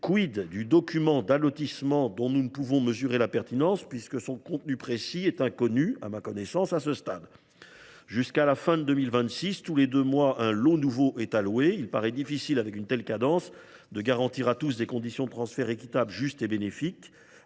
du document d’allotissement dont nous ne pouvons mesurer la pertinence, puisque son contenu précis est inconnu à ce stade ? Jusqu’à la fin de 2026, tous les deux mois un lot nouveau est alloué. Il paraît difficile, à une telle cadence, de garantir à tous des conditions de transfert « équitables, justes et bénéfiques